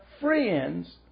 friends